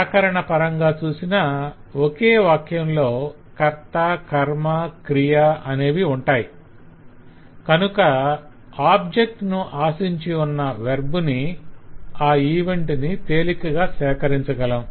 వ్యాకరణం పరంగా చూసినా ఒక వాక్యంలో కర్త కర్మ ఆబ్జెక్ట్ క్రియ వెర్బ్ అనేవి ఉంటాయి కనుక ఆబ్జెక్ట్ ను ఆశించియున్న వెర్బ్ ని OOAD పరంగా ఆ ఈవెంట్ ని తేలికగా సేకరించగలం